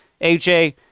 AJ